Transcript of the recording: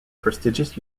prestigious